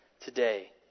today